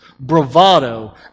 Bravado